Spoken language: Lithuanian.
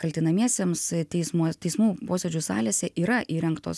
kaltinamiesiems teismo teismų posėdžių salėse yra įrengtos